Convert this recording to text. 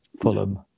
Fulham